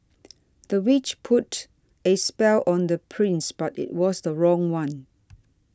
the witch put a spell on the prince but it was the wrong one